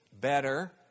better